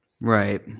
Right